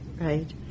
right